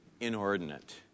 inordinate